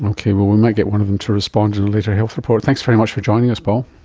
okay, we might get one of them to respond in a later health report. thanks very much for joining us paul.